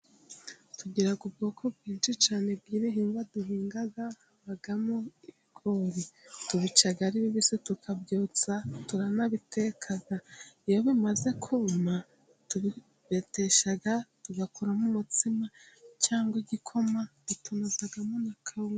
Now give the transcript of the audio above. Tugira ubwoko bwinshi cyane bw'ibihingwa duhinga, habamo ibigori tubica ari bibisi tukabyotsa, turanabiteka, iyo bimaze kuma turabibetesha tugakuramo umutsima, cyangwa igikoma, bitunozamo na kawunga.